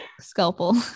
scalpel